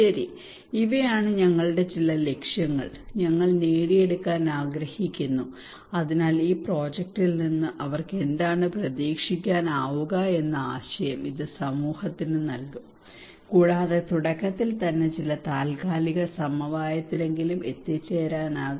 ശരി ഇവയാണ് ഞങ്ങളുടെ ചില ലക്ഷ്യങ്ങൾ ഞങ്ങൾ നേടിയെടുക്കാൻ ആഗ്രഹിക്കുന്നു അതിനാൽ ഈ പ്രോജക്റ്റിൽ നിന്ന് അവർക്ക് എന്താണ് പ്രതീക്ഷിക്കാനാവുക എന്ന ആശയം ഇത് സമൂഹത്തിന് നൽകും കൂടാതെ തുടക്കത്തിൽ തന്നെ ചില താൽക്കാലിക സമവായത്തിലെങ്കിലും എത്തിച്ചേരാനാകും